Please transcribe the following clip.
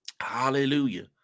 Hallelujah